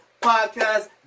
podcast